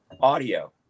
audio